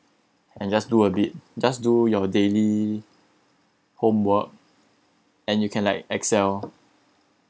and just do a bit just do your daily homework and you can like excel